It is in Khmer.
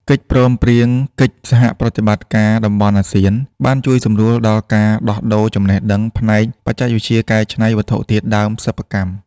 កិច្ចព្រមព្រៀងកិច្ចសហប្រតិបត្តិការតំបន់អាស៊ាន បានជួយសម្រួលដល់ការដោះដូរចំណេះដឹងផ្នែកបច្ចេកវិទ្យាកែច្នៃវត្ថុធាតុដើមសិប្បកម្ម។